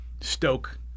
stoke